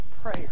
prayer